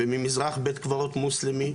וממזרח בית קברות מוסלמי.